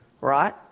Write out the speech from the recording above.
Right